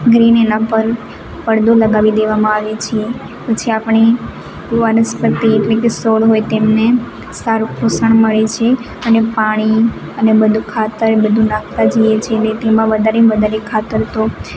green એના પર પડદો લગાવી દેવામાં આવે છે પછી આપણે વનસ્પતિ એટલે કે છોડ હોય તેમને સારું પોષણ મળે છે અને પાણી અને બધું ખાતર એ બધું નાખતા જઈએ છીએ અને તેમાં વધારે વધારે ખાતર તો